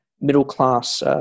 middle-class